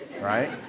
right